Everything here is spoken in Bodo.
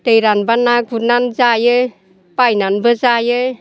दै रानोबा ना गुरनानै जायो बायनानैबो जायो